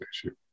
issue